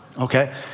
okay